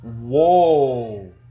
Whoa